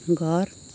घर